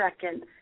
second